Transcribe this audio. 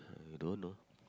I don't know